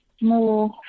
more